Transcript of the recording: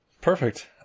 perfect